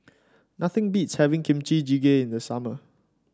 nothing beats having Kimchi Jjigae in the summer